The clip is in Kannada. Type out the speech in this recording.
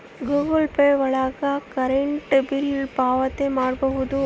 ಗೂಗಲ್ ಪೇ ಒಳಗ ಕರೆಂಟ್ ಬಿಲ್ ಪಾವತಿ ಮಾಡ್ಬೋದು